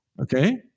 okay